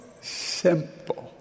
simple